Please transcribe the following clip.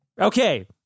Okay